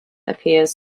appears